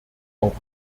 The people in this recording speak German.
auch